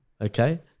Okay